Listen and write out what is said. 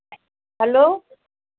hello